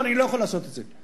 אבל אני לא יכול לעשות את זה.